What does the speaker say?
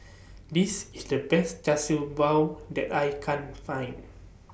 This IS The Best Char Siew Bao that I Can Find